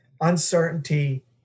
uncertainty